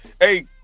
hey